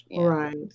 right